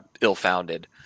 ill-founded